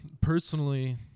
personally